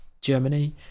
Germany